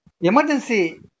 Emergency